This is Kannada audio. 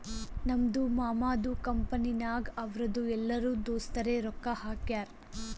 ನಮ್ದು ಮಾಮದು ಕಂಪನಿನಾಗ್ ಅವ್ರದು ಎಲ್ಲರೂ ದೋಸ್ತರೆ ರೊಕ್ಕಾ ಹಾಕ್ಯಾರ್